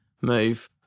move